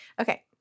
Okay